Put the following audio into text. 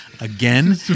again